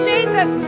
Jesus